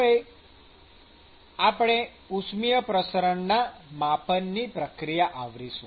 હવે પછી આપણે ઉષ્મિય પ્રસરણના માપનની પ્રક્રિયા આવરીશું